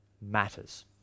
matters